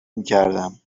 میکردم